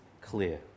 clear